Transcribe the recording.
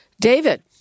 David